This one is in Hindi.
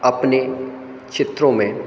अपने चित्रों में